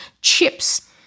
chips